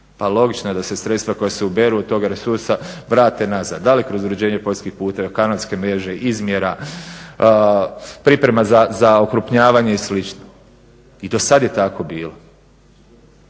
logično je da se sredstva koja se uberu od toga resursa vrate nazad, da li kroz uređenje poljskih puteva, kanalske mreže, izmjera, priprema za okrupnjavanje i slično. I dosad je tako bilo